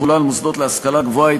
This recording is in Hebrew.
תחולה על מוסדות להשכלה גבוהה),